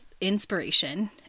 inspiration